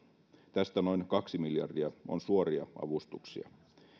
tästä noin kaksi miljardia on suoria avustuksia